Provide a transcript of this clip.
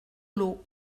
l’eau